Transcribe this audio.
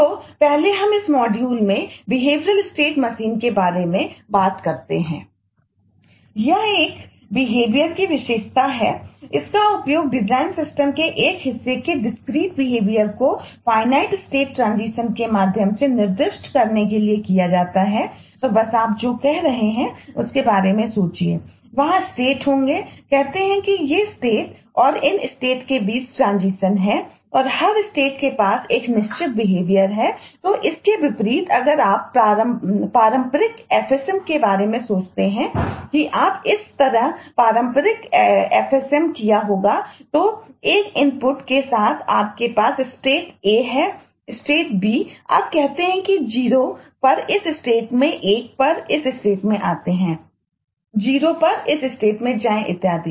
तो पहले हमें इस मॉड्यूल में जाएँ इत्यादि